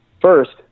First